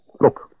Look